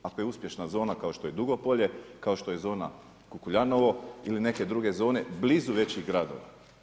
Ako je uspješna zona kao što je Dugopolje, kao što je zona Kukuljanovo ili neke druge zone blizu većih gradova.